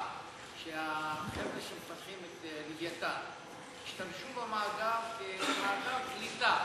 שהחבר'ה שמפתחים את "לווייתן" ישתמשו במאגר כמאגר קליטה,